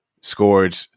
scored